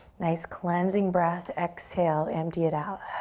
nice cleansing breath. exhale, empty it out.